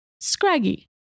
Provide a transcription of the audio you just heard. Scraggy